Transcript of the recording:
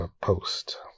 post